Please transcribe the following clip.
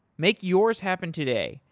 make yours happen today.